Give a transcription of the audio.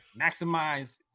Maximize